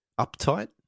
Uptight